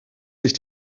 sich